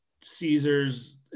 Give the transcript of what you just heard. caesar's